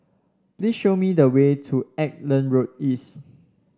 please show me the way to Auckland Road East